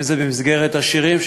אם זה במסגרת השירים,